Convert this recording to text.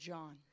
John